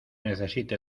necesite